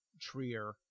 Trier